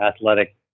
athletic